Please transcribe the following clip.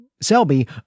Selby